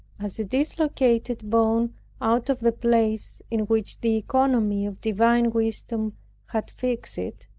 as a dislocated bone out of the place in which the economy of divine wisdom had fixed it,